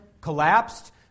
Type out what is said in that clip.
Collapsed